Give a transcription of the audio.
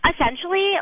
Essentially